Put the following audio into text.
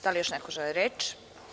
Da li još neko želi reč?